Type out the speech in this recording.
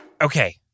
Okay